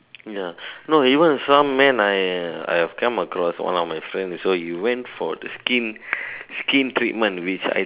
ya no even some men I I have come across one of my friend so he went for skin skin treatment which I